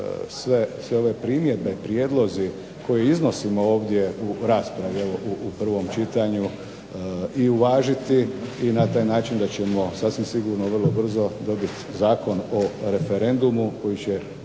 sve ove primjedbe, prijedlozi koje iznosimo ovdje u raspravi evo u prvom čitanju i uvažiti i na taj način da ćemo sasvim sigurno vrlo brzo dobiti Zakon o referendumu koji će